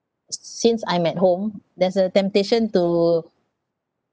since I'm at home there's a temptation to